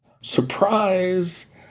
surprise